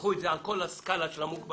קחו את זה על כל הסקלה של המוגבלויות.